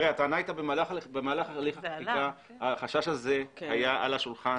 במהלך תהליך החקיקה החשש הזה היה על השולחן.